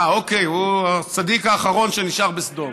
אה, אוקיי, הוא הצדיק האחרון שנשאר בסדום.